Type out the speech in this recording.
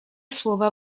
słowa